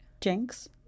Jinx